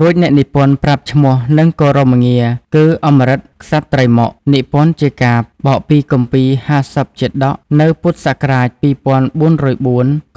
រួចអ្នកនិពន្ធប្រាប់ឈ្មោះ និងគោរមងារគឺ អម្រឹតក្សត្រីម៉ុក និពន្ធជាកាព្យ បកពីគម្ពីរ៥០ជាតក៍ នៅពុទ្ធសករាជ២៤០៤